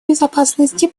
безопасности